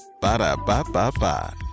Ba-da-ba-ba-ba